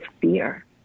fear